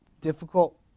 difficult